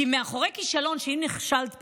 כי אחרי כישלון, ואם נכשלת פעם-פעמיים,